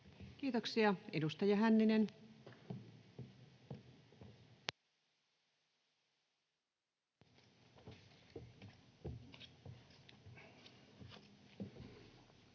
Kiitoksia. — Edustaja Hänninen.